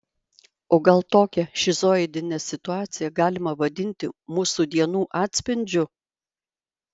o gal tokią šizoidinę situaciją galima vadinti mūsų dienų atspindžiu